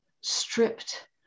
stripped